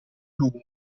lunga